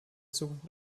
zukunft